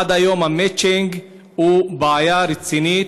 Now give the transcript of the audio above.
עד היום המצ'ינג הוא בעיה רצינית,